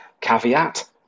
Caveat